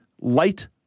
light